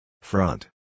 Front